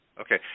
Okay